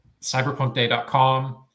cyberpunkday.com